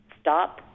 Stop